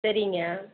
சரிங்க